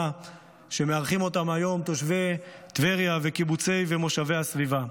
שמארחים אותם היום תושבי טבריה והקיבוצים והמושבים בסביבה.